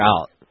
out